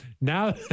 now